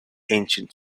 ancient